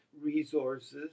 resources